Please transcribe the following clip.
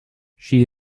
she